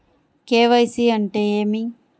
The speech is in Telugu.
కే.వై.సి అంటే ఏమి?